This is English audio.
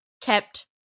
kept